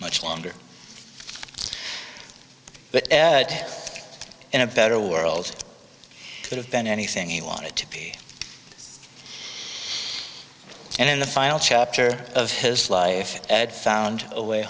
much longer but in a better world could have been anything he wanted to be and in the final chapter of his life ed found a way